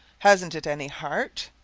hasn't it any heart?